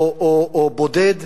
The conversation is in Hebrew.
או בודד,